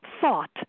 thought